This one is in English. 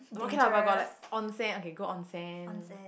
but okay lah but got like onsen I can go onsen